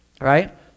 right